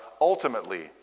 ultimately